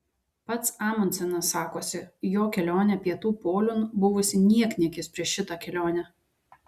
pats amundsenas sakosi jo kelionė pietų poliun buvusi niekniekis prieš šitą kelionę